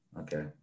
Okay